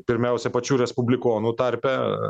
pirmiausia pačių respublikonų tarpe